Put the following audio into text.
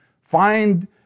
find